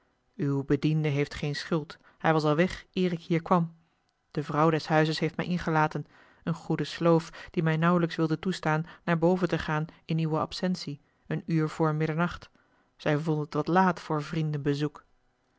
uw bediende heeft geene schuld hij was al weg eer ik hier kwam de vrouw des huizes heeft mij ingelaten eene goede sloof die mij nauwelijks wilde toestaan naar boven te gaan in uwe absentie een uur vr middernacht zij vond het wat laat voor